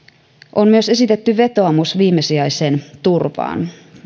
on myös esitetty vetoomus viimesijaiseen turvaan